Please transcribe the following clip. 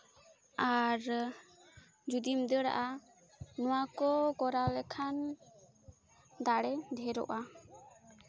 ᱟᱨ ᱡᱩᱫᱤᱢ ᱫᱟᱹᱲᱟᱜᱼᱟ ᱱᱚᱣᱟ ᱠᱚ ᱠᱚᱨᱟᱣ ᱞᱮᱠᱷᱟᱱ ᱫᱟᱲᱮ ᱰᱷᱮᱨᱚᱜᱼᱟ